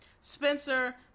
Spencer